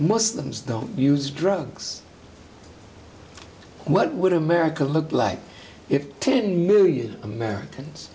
muslims don't use drugs what would america look like if ten million americans